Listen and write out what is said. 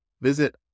Visit